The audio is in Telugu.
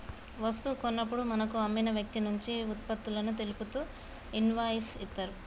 వస్తువు కొన్నప్పుడు మనకు అమ్మిన వ్యక్తినుంచి వుత్పత్తులను తెలుపుతూ ఇన్వాయిస్ ఇత్తరు